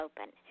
open